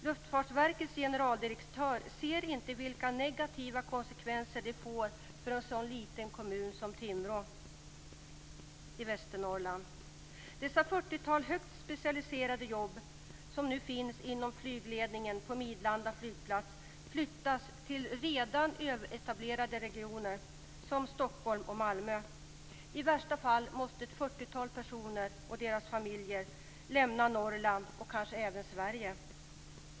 Luftfartsverkets generaldirektör ser inte vilka negativa konsekvenser det får för en sådan liten kommun som Timrå i Västernorrland. De 40-tal högt specialiserade jobb som nu finns inom flygledningen på Midlanda flygplats flyttas till redan överetablerade regioner som Stockholm och Malmö. I värsta fall måste ett 40-tal personer och deras familjer lämna Norrland, och kanske även Sverige.